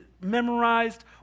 memorized